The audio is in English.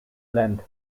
length